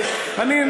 אני מטיף לך מוסר?